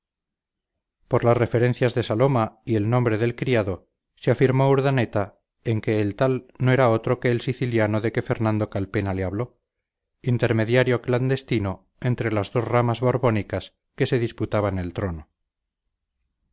por las referencias de saloma y el nombre del criado se afirmó urdaneta en que el tal no era otro que el siciliano de que fernando calpena le habló intermediario clandestino entre las dos ramas borbónicas que se disputaban el trono